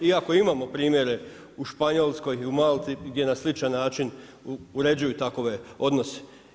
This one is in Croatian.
Iako imamo primjere u Španjolskoj i u Malti gdje je na sličan način uređuju takove odnose.